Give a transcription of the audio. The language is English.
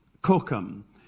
Cookham